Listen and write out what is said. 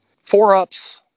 Four-ups